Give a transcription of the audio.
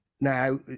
now